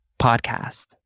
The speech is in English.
podcast